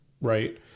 Right